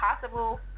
possible